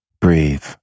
Breathe